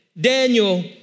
Daniel